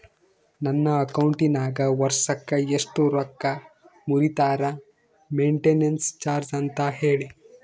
ನನ್ನ ಅಕೌಂಟಿನಾಗ ವರ್ಷಕ್ಕ ಎಷ್ಟು ರೊಕ್ಕ ಮುರಿತಾರ ಮೆಂಟೇನೆನ್ಸ್ ಚಾರ್ಜ್ ಅಂತ ಹೇಳಿ?